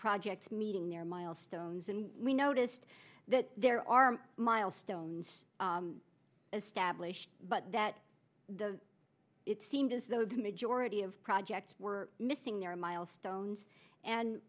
projects meeting their milestones and we noticed that there are milestones established but that it seemed as though the majority of projects were missing their milestones and